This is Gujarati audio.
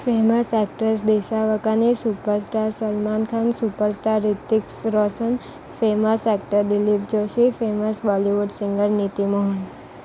famous actress Disha Vakani superstar Salman Khan superstar Hrithik Roshan famous actor Dilip Joshi famous Bollywood singer Neeti Mohan